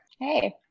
Hey